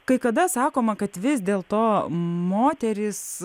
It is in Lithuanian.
kai kada sakoma kad vis dėl to moterys